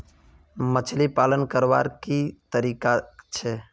मछली पालन करवार की तरीका छे?